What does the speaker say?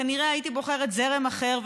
כנראה הייתי בוחרת זרם אחר,